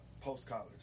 post-college